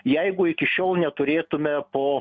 jeigu iki šiol neturėtume po